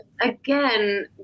again